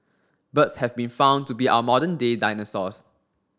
birds have been found to be our modern day dinosaurs